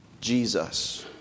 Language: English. Jesus